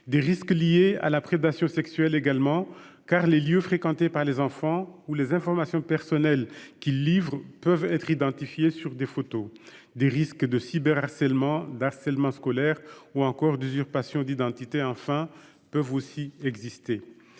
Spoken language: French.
ensuite liés à la prédation sexuelle, car les lieux fréquentés par les enfants ou les informations personnelles qu'ils livrent peuvent être identifiés sur des photos. Des risques de cyberharcèlement, de harcèlement scolaire ou encore d'usurpation d'identité, enfin, peuvent aussi exister.